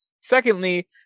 Secondly